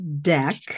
deck